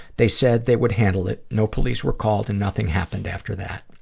they said they would handle it. no police were called, and nothing happened after that.